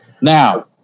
now